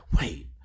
wait